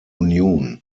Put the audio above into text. union